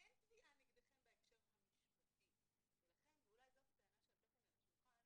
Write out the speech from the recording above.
אין תביעה נגדכם בהקשר המשפטי ולכן אולי זאת הטענה שעלתה כאן על השולחן